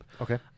Okay